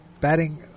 Batting